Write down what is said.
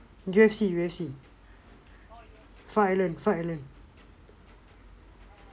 U_F_C U_F_C fight island fight island